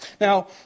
Now